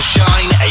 Shine